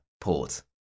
port